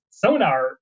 sonar